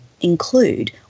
include